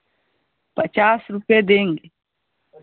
पचास रुपये देंगे